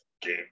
Game